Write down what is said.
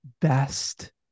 best